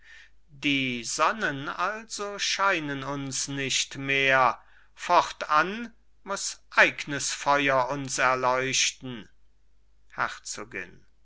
die sonnen also scheinen uns nicht mehr fortan muß eignes feuer uns erleuchten herzogin